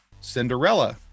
Cinderella